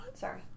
Sorry